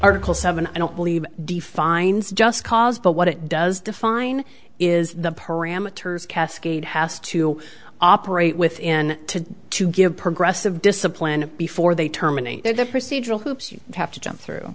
article seven i don't believe defines just cause but what it does define is the parameters cascade has to operate within to to give progressive discipline before they terminate the procedural hoops you have to jump through